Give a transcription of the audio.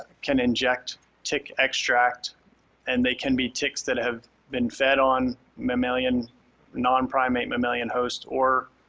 can inject tick extract and they can be ticks that have been fed on mammalian non-primate mammalian host or